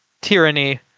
tyranny